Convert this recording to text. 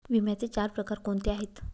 विम्याचे चार प्रकार कोणते आहेत?